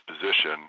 position